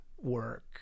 work